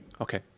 Okay